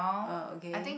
uh okay